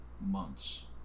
months